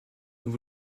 nous